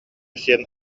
сиэн